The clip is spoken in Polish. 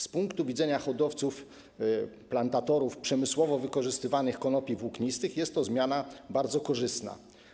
Z punktu widzenia hodowców, plantatorów przemysłowo wykorzystywanych konopi włóknistych jest to zmiana bardzo korzystna.